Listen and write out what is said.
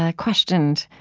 ah questioned,